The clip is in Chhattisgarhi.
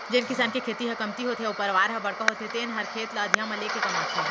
जेन किसान के खेती ह कमती होथे अउ परवार ह बड़का होथे तेने हर खेत ल अधिया म लेके कमाथे